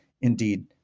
indeed